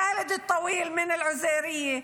חאלד אלטוויל מעיזריה,